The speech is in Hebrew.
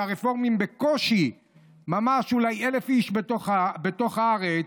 שהרפורמים בקושי אולי 1,000 אנשים בתוך הארץ,